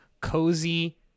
cozy